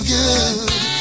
good